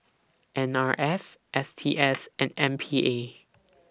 N R F S T S and M P A